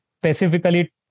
specifically